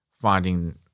finding